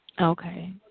okay